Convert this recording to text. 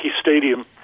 Stadium